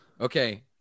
okay